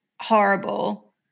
horrible